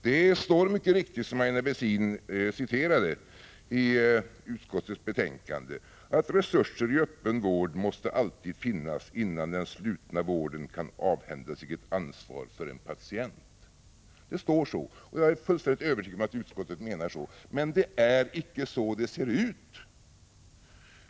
Det står mycket riktigt i utskottsbetänkandet — som Aina Westin citerade ur — att resurser i öppen vård alltid måste finnas innan den slutna vården kan avhända sig ett ansvar för en patient. Det står så. Jag är fullständigt övertygad om att man inom utskottet menar så. Men det är icke så det ser ut.